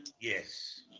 yes